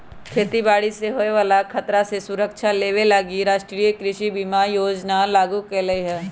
खेती बाड़ी से होय बला खतरा से सुरक्षा देबे लागी राष्ट्रीय कृषि बीमा योजना लागू कएले हइ